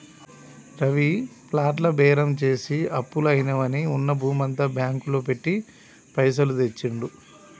రవి ప్లాట్ల బేరం చేసి అప్పులు అయినవని ఉన్న భూమంతా బ్యాంకు లో పెట్టి పైసలు తెచ్చిండు